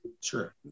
Sure